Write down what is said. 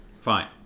fine